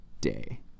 day